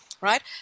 Right